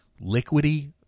liquidy